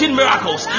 miracles